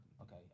Okay